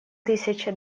тысяча